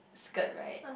skirt right